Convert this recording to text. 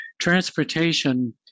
transportation